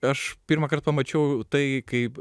aš pirmąkart pamačiau tai kaip